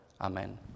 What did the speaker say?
Amen